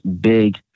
big